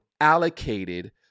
allocated